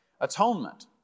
Atonement